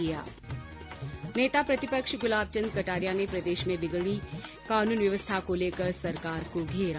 ्न नेता प्रतिपक्ष गुलाब चन्द कटारिया ने प्रदेश में बिगड़ती कानून व्यवस्था को लेकर सरकार को घेरा